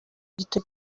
gito